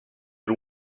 and